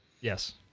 Yes